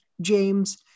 James